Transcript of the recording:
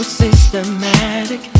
systematic